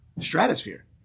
stratosphere